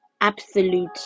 absolute